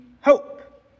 hope